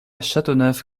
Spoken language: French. châteauneuf